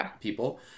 people